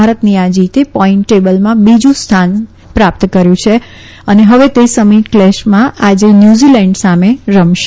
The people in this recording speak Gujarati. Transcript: ભારતની આ જીતે પોઈન્ટ ટેબલમાં બીજુ સ્થાન પ્રાપ્ત કર્યુ છે અને હવે તે સમીટ કલેસમાં આજે ન્યુઝીલેન્ડ સામે રમશે